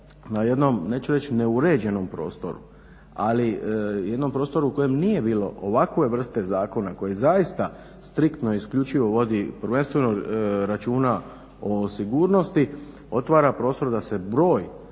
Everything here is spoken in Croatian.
na jednom neću reći neuređenom prostoru, ali jednom prostoru u kojem nije bilo ovakve vrste zakona koji zaista striktno i isključivo vodi prvenstveno računa o sigurnosti, otvara prostor da se broj